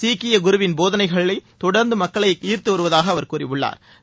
சீக்கிய குருவின் போதனைகள் தொடா்ந்து மக்களை ஈா்த்து வருவதாக அவா் கூறியுள்ளாா்